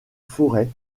forêt